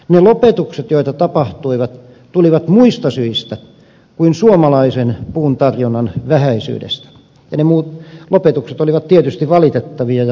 ne lopetukset joita tapahtui tulivat muista syistä kuin suomalaisen puun tarjonnan vähäisyydestä ja ne muut lopetukset olivat tietysti valitettavia ja vahingollisia